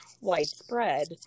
widespread